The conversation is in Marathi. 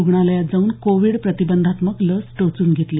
रुग्णालयात जाऊन कोविड प्रतिबंधात्मक लस टोचून घेतली